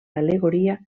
al·legoria